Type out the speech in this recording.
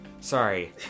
sorry